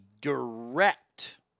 direct